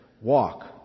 Walk